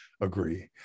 agree